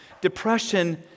Depression